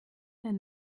ein